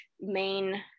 main